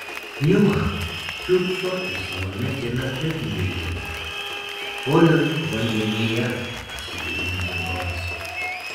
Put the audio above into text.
juk kiurksoti savame kieme taip neįdomu o ir vandenyje atsigaivinti norisi